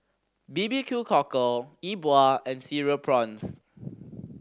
B B Q Cockle Yi Bua and Cereal Prawns